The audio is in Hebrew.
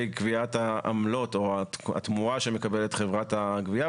קביעת העמלות או התמורה שמקבלת חברת הגבייה.